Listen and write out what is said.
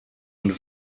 und